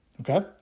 Okay